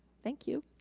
thank you.